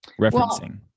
referencing